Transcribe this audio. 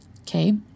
okay